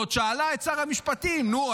ועוד שאלה את שר המשפטים: נו,